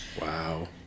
wow